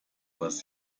was